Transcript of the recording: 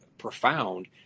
profound